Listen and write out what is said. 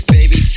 Baby